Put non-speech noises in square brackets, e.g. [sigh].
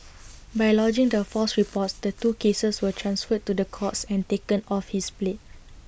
[noise] by lodging the false reports the two cases were transferred to the courts and taken off his plate